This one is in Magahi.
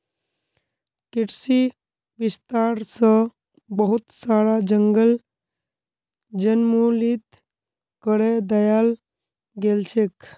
कृषि विस्तार स बहुत सारा जंगल उन्मूलित करे दयाल गेल छेक